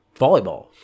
volleyball